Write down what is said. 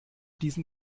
diesem